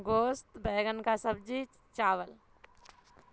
گوشت بیگن کا سبزی چاول